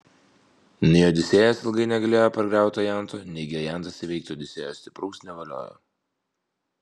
nei odisėjas ilgai negalėjo pargriauti ajanto neigi ajantas įveikti odisėjo stipraus nevaliojo